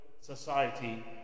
society